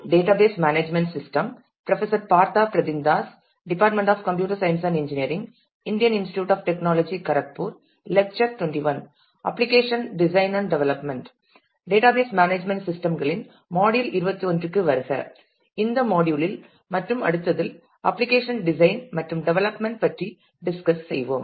database management system களின் module 21 க்கு வருக இந்த மாடியுல் இல் மற்றும் அடுத்ததில் அப்ளிகேஷன் டிசைன் மற்றும் டெவலப்மென்ட் பற்றி டிஸ்கஸ் செய்வோம்